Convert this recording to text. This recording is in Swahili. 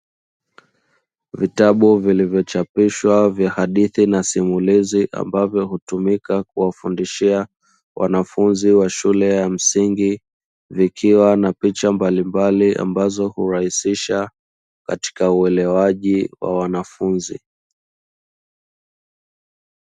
Vitabu vilivyochapishwa vya hadithi na simulizi, ambavyo hutumika kuwafundishia wanafunzi wa shule ya msingi, vikiwa na picha mbalimbali ambazo hurahisisha katika uelewaji wa wanafunzi.